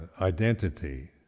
identity